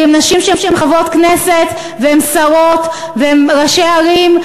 כי הן נשים שהן חברות כנסת והן שרות והן ראשי ערים.